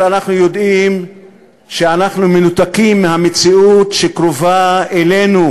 אנחנו יודעים שאנחנו מנותקים מהמציאות שקרובה לאזורנו,